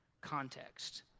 context